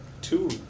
two